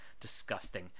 Disgusting